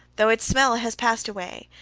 though its smell has passed away,